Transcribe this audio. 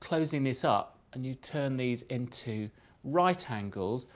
closing this up, and you turn these into right angles,